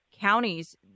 Counties